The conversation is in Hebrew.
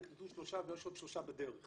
נקלטו שלושה ויש עוד שלושה בדרך